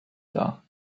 dar